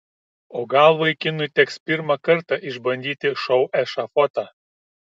o gal vaikinui teks pirmą kartą išbandyti šou ešafotą